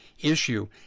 issue